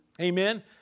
Amen